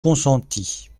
consentit